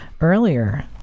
earlier